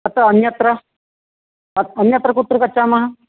अत्र अन्यत्र अन्य अन्यत्र कुत्र गच्छामः